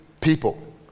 people